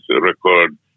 record